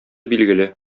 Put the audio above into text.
билгеле